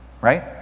right